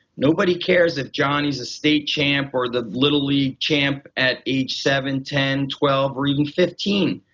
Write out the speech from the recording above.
nobody cares if john is a state champ or the little league champ at age seven, ten, twelve or even fifteen.